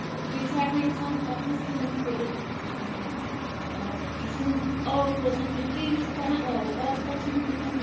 تہٕ بیٚیہِ چھُ ہٮ۪کان اِنسان اَتھ منٛز کٲم تہِ کٔرِتھ یہِ چھُنہٕ آوُر روزان کینٛہہ ٹی وی چھُ کَران آوُر آز کَل چھُنہٕ لُکَن